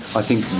i think